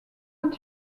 est